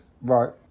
right